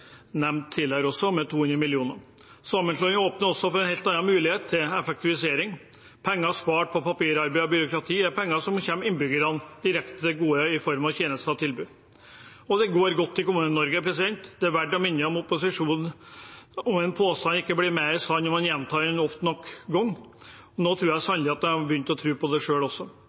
også nevnt tidligere. Sammenslåing åpner også for en helt annen mulighet til effektivisering. Penger spart på papirarbeid og byråkrati er penger som kommer innbyggerne direkte til gode i form av tjenester og tilbud. Det går godt i Kommune-Norge. Det er verdt å minne opposisjonen om at en påstand ikke blir mer sann om en gjentar den ofte nok, og nå tror jeg sannelig at de har begynt å tro på den selv også.